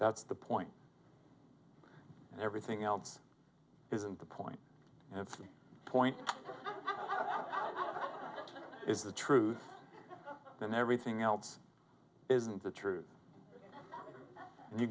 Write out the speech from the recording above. that's the point everything else isn't the point at this point is the truth and everything else isn't the truth and you